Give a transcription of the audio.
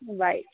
bye